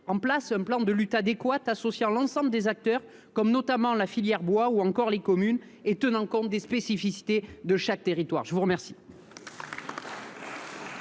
en place un plan de lutte adéquat, associant l'ensemble des acteurs, notamment la filière bois et les communes, et tenant compte des spécificités de chaque territoire ? La parole